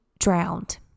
drowned